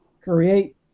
create